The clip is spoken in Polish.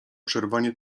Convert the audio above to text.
przerwanie